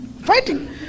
fighting